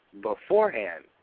beforehand